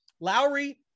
Lowry